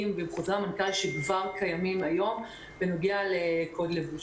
ועם חוזרי המנכ"ל שכבר קיימים היום בנוגע לקוד לבוש.